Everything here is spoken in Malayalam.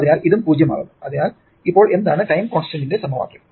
അതിനാൽ ഇതും 0 ആകുന്നു അതിനാൽ ഇപ്പോൾ എന്താണ് ടൈം കോൺസ്റ്റന്റിന്റെ സമവാക്യം